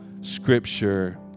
Scripture